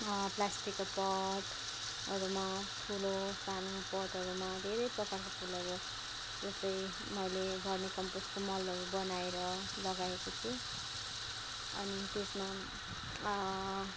प्लास्टिकको पटहरूमा ठुलो सानो पटहरूमा धेरै प्रकारको फुलहरू जस्तै मैले भर्मी कम्पोस्टको मलहरू बनाएर लगाएको छु अनि त्यसमा